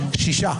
הפרעות.